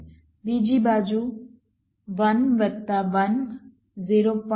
7 બીજી બાજુ 1 વત્તા 1 0